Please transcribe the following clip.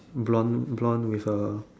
blonde blonde with a